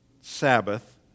Sabbath